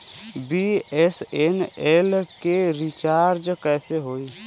BSNL के recharge कैसे होयी?